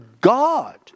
God